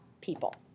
people